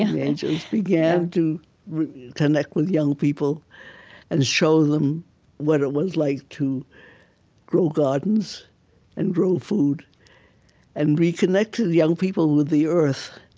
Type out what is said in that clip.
and the angels began to connect with young people and show them what it was like to grow gardens and grow food and reconnect to the young people with the earth,